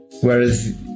whereas